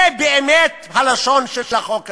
זו באמת לשון החוק הזה.